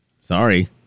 Sorry